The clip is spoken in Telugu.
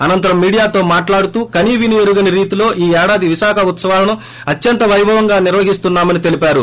అనంతరం మీడియాతో మాట్లాడుతూ కనీవినీ ఎరుగనిరీతిలో ఈ ఏడాది విశాఖ ఉత్పవాలను అత్యంత వైభవంగా నిర్వహిస్తున్నా మని తెలిపారు